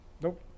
Nope